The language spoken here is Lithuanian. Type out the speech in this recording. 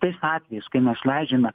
tais atvejais kai mes leidžiame